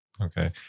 okay